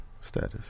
Status